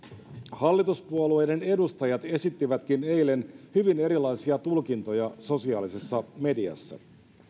hallituspuolueiden edustajat esittivätkin eilen hyvin erilaisia tulkintoja sosiaalisessa mediassa